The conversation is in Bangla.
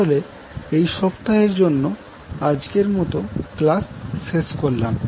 তাহলে এই সপ্তাহের জন্য আজকের মত ক্লাস শেষ করলাম